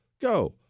Go